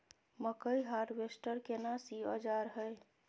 मकई हारवेस्टर केना सी औजार हय?